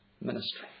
ministry